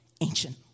Ancient